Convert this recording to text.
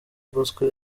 bosco